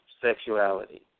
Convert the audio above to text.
sexuality